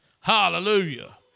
Hallelujah